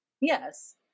Yes